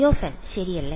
Phi n ശരിയല്ല